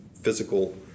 physical